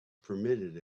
permitted